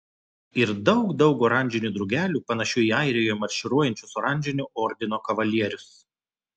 ir daug daug oranžinių drugelių panašių į airijoje marširuojančius oranžinio ordino kavalierius